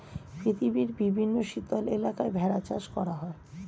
পৃথিবীর বিভিন্ন শীতল এলাকায় ভেড়া চাষ করা হয়